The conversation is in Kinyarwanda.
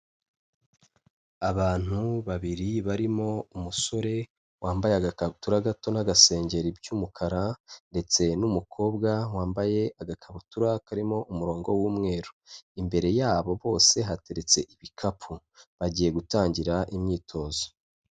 Abantu babiri barimo umusore wambaye agakabutura gato n'agasengeri by'umukara ndetse n'umukobwa wambaye agakabutura karimo umurongo w'umweru, imbere yabo bose hateretse ibikapu bagiye gutangira imyitozo.